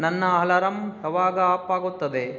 ನನ್ನ ಅಲರಮ್ ಆವಾಗ ಆಪ್ ಆಗುತ್ತದೆ